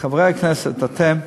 חברי הכנסת, אתם,